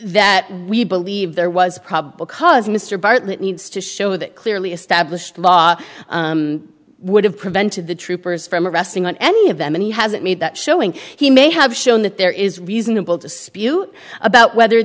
that we believe there was probable cause mr bartlett needs to show that clearly established law would have prevented the troopers from arresting on any of them and he hasn't made that showing he may have shown that there is reasonable to spew about whether